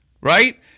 right